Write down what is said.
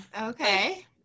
okay